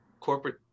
Corporate